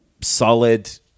solid